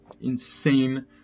insane